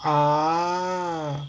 ah